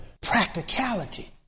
practicality